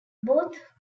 both